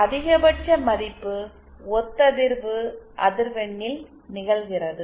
அதிகபட்ச மதிப்பு ஒத்ததிர்வு அதிர்வெண்ணில் நிகழ்கிறது